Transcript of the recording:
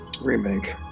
Remake